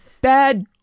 bad